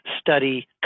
study